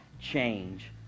change